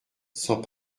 sans